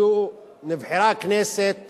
נבחרה כנסת